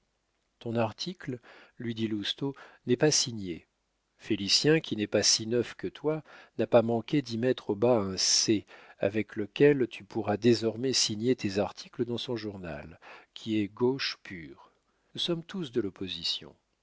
ton article lui dit lousteau n'est pas signé félicien qui n'est pas si neuf que toi n'a pas manqué d'y mettre au bas un c avec lequel tu pourras désormais signer tes articles dans son journal qui est gauche pure nous sommes tous de l'opposition